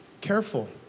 Careful